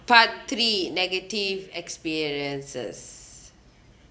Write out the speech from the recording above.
part three negative experiences